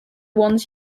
ones